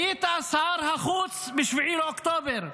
היית שר החוץ ב-7 באוקטובר.